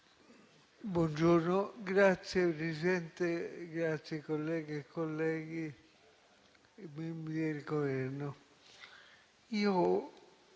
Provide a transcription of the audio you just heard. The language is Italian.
Buongiorno, grazie Presidente, grazie colleghe e colleghi, membri del Governo,